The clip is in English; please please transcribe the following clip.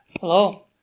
Hello